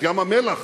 את ים-המלח,